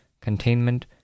containment